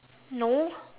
no